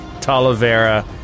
Talavera